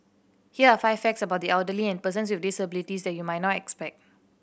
here are five facts about the elderly and persons with disabilities that you might not expect